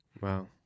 Wow